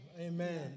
amen